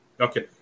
Okay